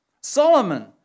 Solomon